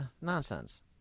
Nonsense